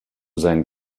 seinen